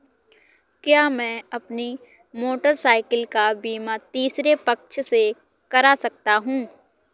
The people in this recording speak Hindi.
क्या मैं अपनी मोटरसाइकिल का बीमा तीसरे पक्ष से करा सकता हूँ?